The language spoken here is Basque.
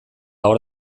hor